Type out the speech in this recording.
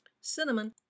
Cinnamon